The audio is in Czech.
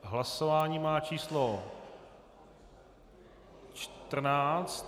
Hlasování má číslo 14.